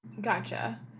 Gotcha